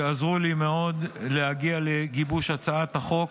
שעזרו לי מאוד להגיע לגיבוש הצעת החוק,